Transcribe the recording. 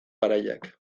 garaiak